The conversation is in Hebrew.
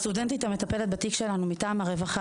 הסטודנטית המטפלת בתיק שלנו מטעם הרווחה